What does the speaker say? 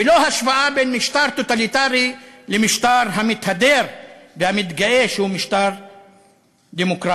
ולא השוואה בין משטר טוטליטרי למשטר המתהדר והמתגאה שהוא משטר דמוקרטי.